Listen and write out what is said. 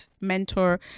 mentor